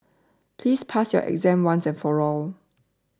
please pass your exam once and for all